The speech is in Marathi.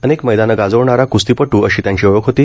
अनेक मैदानं गाजवणारा कुस्तीपटू अशी त्यांची ओळख होती